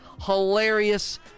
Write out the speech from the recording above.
Hilarious